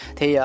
Thì